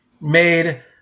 made